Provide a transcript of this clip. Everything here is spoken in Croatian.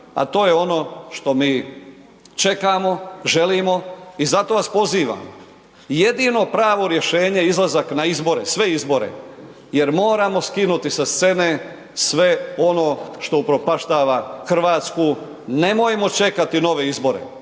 a to je ono što mi čekamo, želimo i zato vas pozivam, jedino pravo rješenje je izlazak na izbore, sve izbore, jer moramo skinuti sa scene sve ono što upropaštava Hrvatsku. Nemojmo čekati nove izbore,